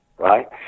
Right